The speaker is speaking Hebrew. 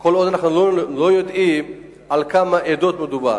אנחנו לא יודעים על כמה עדות מדובר,